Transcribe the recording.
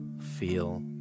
feel